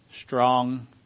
strong